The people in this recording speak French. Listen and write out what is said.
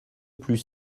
plus